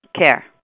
care